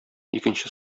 икенче